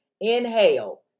inhale